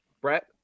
Brett